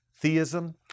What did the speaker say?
theism